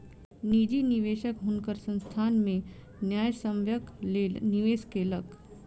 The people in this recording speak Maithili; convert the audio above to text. निजी निवेशक हुनकर संस्थान में न्यायसम्यक लेल निवेश केलक